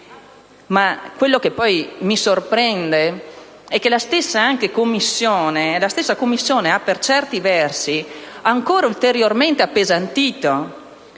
Quello che mi sorprende è ciò che la stessa Commissione ha per certi versi ulteriormente appesantito.